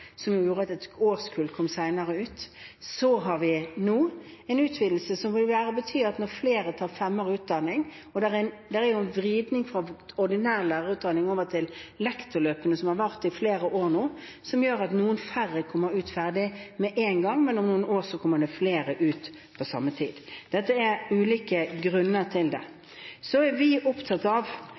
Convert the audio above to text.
som gjorde at et årskull kom senere ut. Så har vi nå en utvidelse som vil bety at når flere tar femårig utdanning – og det er jo en vridning fra ordinær lærerutdanning over til lektorløpene som har vart i flere år nå – gjør det at noen færre kommer ut ferdig med én gang, men om noen år kommer det flere ut på samme tid. Dette er ulike grunner til det. Vi er opptatt av